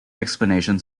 explanations